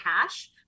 cash